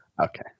Okay